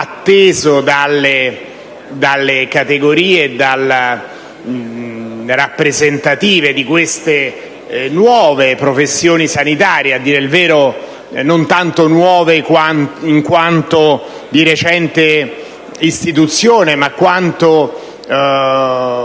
atteso dalle categorie rappresentative di queste nuove professioni sanitarie (nuove non tanto in quanto di recente istituzione, ma in quanto